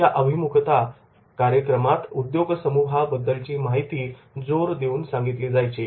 या अभिमुखता कार्यक्रमात उद्योगसमूहाबद्दलची माहिती जोर देऊन सांगितली जायची